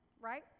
right